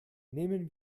nehmen